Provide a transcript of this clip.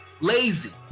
Lazy